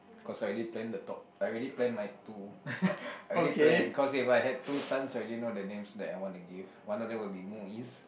cause I already plan the top I already plan my two I already plan cause if I had two sons I already know the names that I wanna give one of them would be Muiz